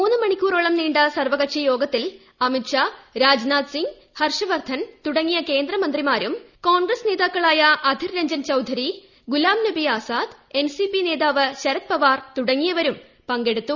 മൂന്നു മണിക്കൂറോളം നീണ്ട സർവകക്ഷി യോഗത്തിൽ അമിത് ഷാ രാജ്നാഥ്സിങ്ങ് ഹർഷ് വർദ്ധൻ തുടങ്ങിയ കേന്ദ്ര മന്ത്രിമാരും കോൺഗ്രസ് നേതാക്കളായ അധിർ രഞ്ജൻ ചൌധരി ഗുലാം നബി ആസാദ് എൻസിപി നേതാവ് ശരത് പവാർ തുടങ്ങിയവരും പങ്കെടുത്തു